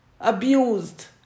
abused